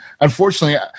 unfortunately